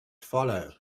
follow